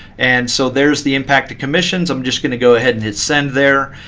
and so there's the impact of commissions. i'm just going to go ahead and hit send there.